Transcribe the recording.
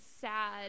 sad